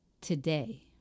today